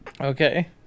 Okay